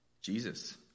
Jesus